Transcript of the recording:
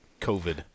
COVID